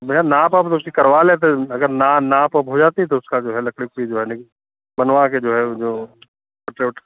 भैया नाप आप उसकी करवा लेते अगर ना नाप हो जाता है तो उसका जो है लकड़ी उकड़ी वग़ैरह बनवा के जो है जो